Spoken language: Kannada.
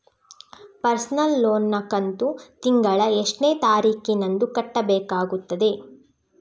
ಪರ್ಸನಲ್ ಲೋನ್ ನ ಕಂತು ತಿಂಗಳ ಎಷ್ಟೇ ತಾರೀಕಿನಂದು ಕಟ್ಟಬೇಕಾಗುತ್ತದೆ?